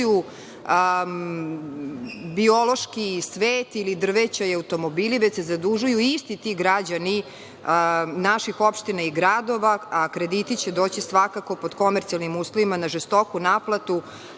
biološki svet, drveće, automobili, već se zadužuju isti ti građani naših opština i gradova, a krediti će doći svakako pod komercijalnim uslovima na žestoku naplatu,